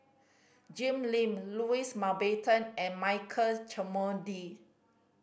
Jim Lim Louis Mountbatten and Michael Olcomendy